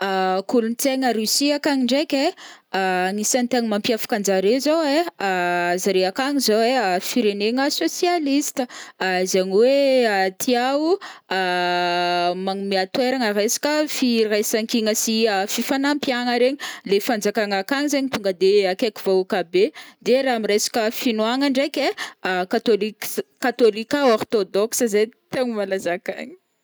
Kolontsaigna Russie akagny ndraiky ai, agnisany tegna mampiavaka anjareo zao ai, zare akagny zao ai firenegna sosialista, zegny oe tiao magnome toeragna resaka fi raisankigna sy fifagnampiagna regny. Le fanjakana akagny zegny tonga de akaiky vahoaka be de ra ami resaka fignoagna ndraiky ai, katoliks-katolika- orthodoxe zegny tegna malaza akagny.